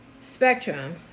spectrum